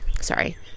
sorry